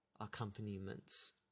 accompaniments